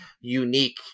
unique